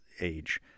age